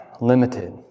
limited